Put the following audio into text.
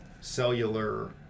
cellular